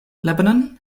lebanon